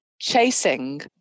chasing